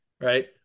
Right